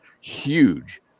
huge